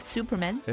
Superman